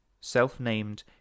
self-named